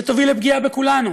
שתוביל לפגיעה בכולנו.